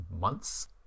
months